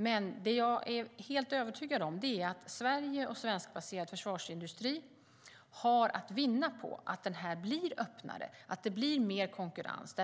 Men jag är helt övertygad om att Sverige och svenskbaserad försvarsindustri har att vinna på att den blir öppnare och att det blir mer konkurrens.